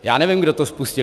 Já nevím, kdo to spustil.